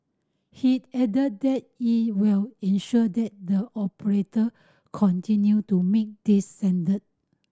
he'd added that it will ensure that the operator continue to meet these standard